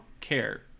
care